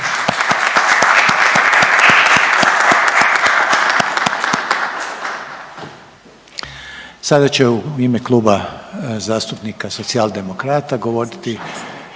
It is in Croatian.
Sada će u ime Kluba zastupnika Socijaldemokrata govoriti